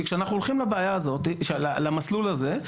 כי כשאנחנו הולכים למסלול הזה,